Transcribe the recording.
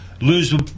Lose